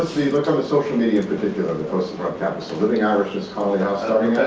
look on the social media particularly posted around campus. so living irishness, connolly house starting that's